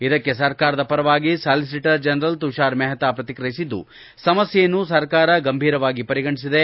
ಇದಕ್ಕೆ ಸರಕಾರದ ಪರವಾಗಿ ಸಾಲಿಸಿಟರ್ ಜನರಲ್ ತುಷಾರ್ ಮೆಹ್ತಾ ಪ್ರತಿಕ್ರಿಯಿಸಿದ್ದು ಸಮಸ್ಕೆಯನ್ನು ಸರಕಾರವು ಗಂಭೀರವಾಗಿ ಪರಿಗಣಿಸಿದೆ